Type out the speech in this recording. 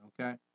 okay